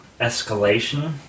escalation